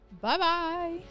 Bye-bye